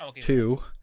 Two